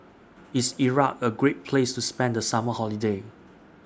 IS Iraq A Great Place to spend The Summer Holiday